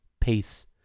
peace